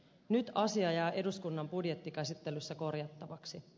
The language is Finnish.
nyt asia jää eduskunnan budjettikäsittelyssä korjattavaksi